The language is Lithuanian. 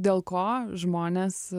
dėl ko žmonės